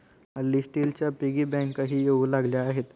हल्ली स्टीलच्या पिगी बँकाही येऊ लागल्या आहेत